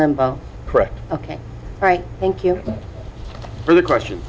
limbo correct ok all right thank you for the question